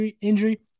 injury